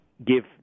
Give